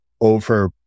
over